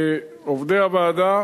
הוועדה, עובדי הוועדה.